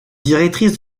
directrices